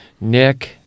Nick